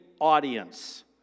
audience